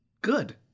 good